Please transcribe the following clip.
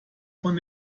von